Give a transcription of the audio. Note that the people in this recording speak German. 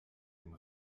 dem